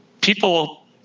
people